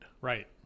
Right